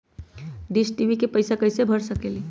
Dish TV के पैईसा कईसे भर सकली?